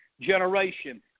generation